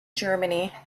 germany